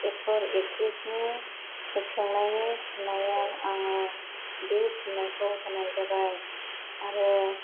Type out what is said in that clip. actor actress नि सोंनायनि फिननायाव आङो बे फिननायखौ होनाय जाबाय आरो